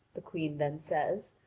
the queen then says,